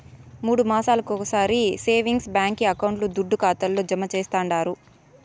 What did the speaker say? మూడు మాసాలొకొకసారి సేవింగ్స్ బాంకీ అకౌంట్ల దుడ్డు ఖాతాల్లో జమా చేస్తండారు